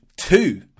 two